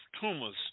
tumors